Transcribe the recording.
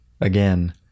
again